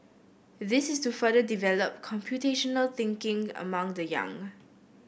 this is to further develop computational thinking among the young